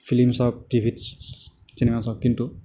film চাওক টিভিত চিনেমা চাওঁক কিন্তু